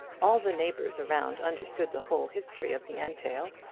all the neighbours around understood the whole history of the entail,